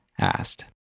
asked